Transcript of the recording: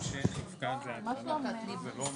בפסקה (1), המילים "יופקד או" זה עדיין